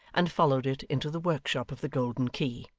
and followed it into the workshop of the golden key.